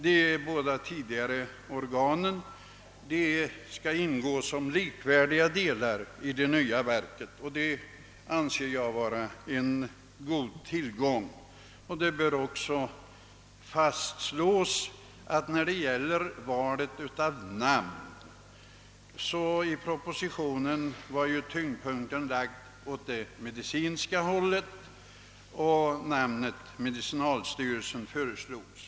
De båda tidigare organen skall ingå som likvärdiga delar i det nya verket och det anser jag vara en stor tillgång. När det gäller valet av namn hade man i propositionen lagt tyngdpunkten på det medicinska, och namnet »medicinalstyrelsen» föreslogs.